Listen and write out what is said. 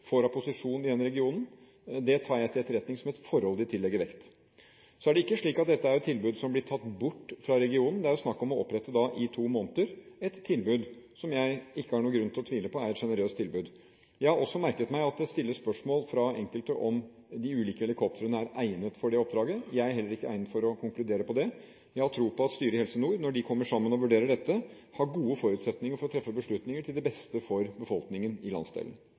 i den regionen, tar jeg til etterretning som et forhold de tillegger vekt. Så er det ikke slik at dette er et tilbud som blir tatt bort fra regionen – det er jo snakk om å opprette et tilbud i to måneder, som jeg ikke har noen grunn til å tvile på er et generøst tilbud. Jeg har også merket meg at det stilles spørsmål fra enkelte om de ulike helikoptrene er egnet for det oppdraget. Jeg er heller ikke egnet til å konkludere på det. Jeg har tro på at styret i Helse Nord, når de kommer sammen og vurderer dette, har gode forutsetninger for å treffe beslutninger til det beste for befolkningen i landsdelen.